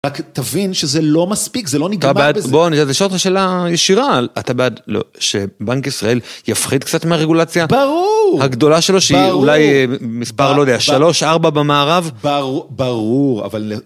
רק תבין שזה לא מספיק זה לא נגמר בזה. בוא נשאר אותך שאלה ישירה אתה בעד שבנק ישראל יפחית קצת מהרגולציה ברור הגדולה שלו שהיא אולי מספר לא יודע שלוש ארבע במערב ברור אבל.